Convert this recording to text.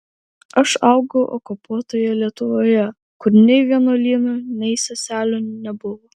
aš augau okupuotoje lietuvoje kur nei vienuolynų nei seselių nebuvo